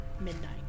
midnight